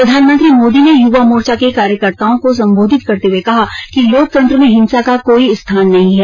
प्रधानमंत्री मोदी ने युवा मोर्चा के कार्यकर्ताओं को संबोधित करते हुए कहा कि लोकतंत्र में हिंसा का कोई स्थान नहीं है